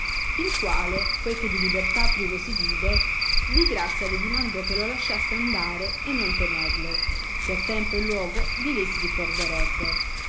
il quale poi che di libertà privo si vide di grazia le dimandò che lo lasciasse andare e non tenerlo che a tempo e luogo di lei si ricorderebbe